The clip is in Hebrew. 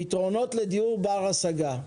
פתרונות לדיור בר השגה.